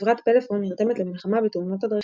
"חברת פלאפון נרתמת למלחמה בתאונות הדרכים",